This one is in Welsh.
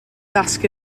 dasg